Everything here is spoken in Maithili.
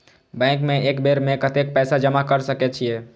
बैंक में एक बेर में कतेक पैसा जमा कर सके छीये?